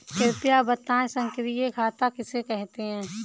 कृपया बताएँ सक्रिय खाता किसे कहते हैं?